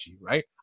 right